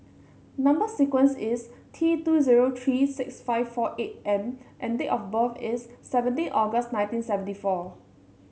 number sequence is T two zero three six five four eight M and date of birth is seventeen August nineteen seventy four